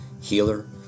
healer